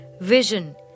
vision